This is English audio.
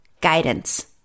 guidance